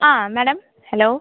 ആ madam hello